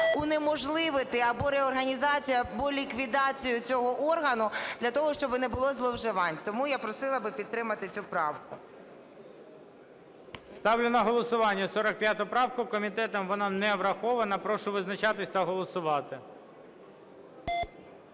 унеможливити або реорганізацію, або ліквідацію цього органу для того, щоби не було зловживань. Тому я просила би підтримати цю правку. ГОЛОВУЮЧИЙ. Ставлю на голосування 45 правку. Комітетом вона не врахована. Прошу визначатись та голосувати.